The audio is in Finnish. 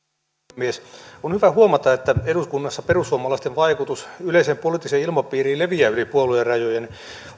puhemies on hyvä huomata että eduskunnassa perussuomalaisten vaikutus yleiseen poliittiseen ilmapiiriin leviää yli puoluerajojen